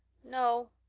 no.